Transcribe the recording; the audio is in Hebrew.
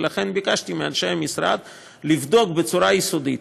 ולכן ביקשתי מאנשי המשרד לבדוק בצורה יסודית,